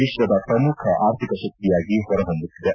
ವಿಶ್ವದ ಪ್ರಮುಖ ಆರ್ಥಿಕ ಶಕ್ತಿಯಾಗಿ ಹೊರ ಹೊಮ್ಸುತ್ತದೆ